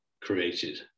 created